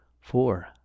four